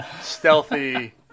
stealthy